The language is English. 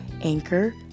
Anchor